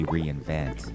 Reinvent